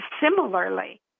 similarly